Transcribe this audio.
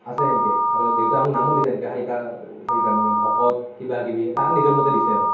আছে এনেকৈ আৰু দেউতাহঁতে নামো দিছে এনেকৈ শালিকা শালিকা এনেকৈ ভকত কিবাকিবি তাহাঁতৰ নিজৰ মতে দিছে আৰু